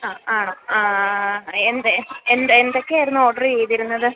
ആ ആണോ എന്ത് എന്ത് എന്തൊക്കെ ആയിരുന്നു ഓർഡർ ചെയ്തത്